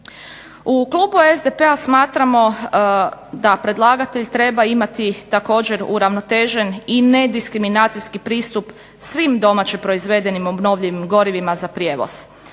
U klubu SDP-a smatramo da predlagatelj treba imati također uravnotežen i nediskriminacijski pristup svim domaće proizvedenim obnovljivim gorivima za prijevoz,